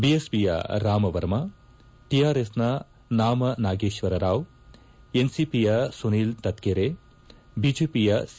ಬಿಎಸ್ಪಿಯ ರಾಮ್ ವರ್ಮ ಟಿಆರ್ಎಸ್ನ ನಾಮ ನಾಗೇಶ್ವರರಾವ್ ಎನ್ಸಿಪಿಯ ಸುನೀಲ್ ತತ್ತೇರೆ ಬಿಜೆಪಿಯ ಸಿ